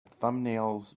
thumbnails